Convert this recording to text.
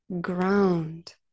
ground